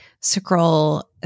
scroll